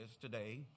today